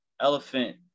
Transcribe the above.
Elephant